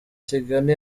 kigali